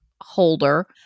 holder